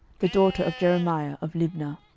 the daughter of jeremiah of libnah.